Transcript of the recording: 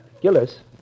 Gillis